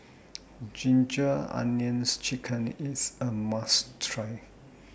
Ginger Onions Chicken IS A must Try